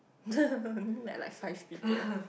only met like five people